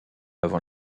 avant